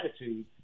attitude